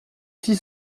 six